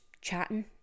chatting